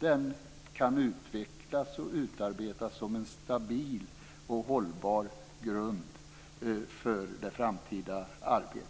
Den kan utarbetas och utvecklas som en stabil och hållbar grund för det framtida arbetet.